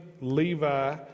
Levi